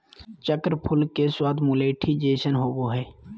चक्र फूल के स्वाद मुलैठी जइसन होबा हइ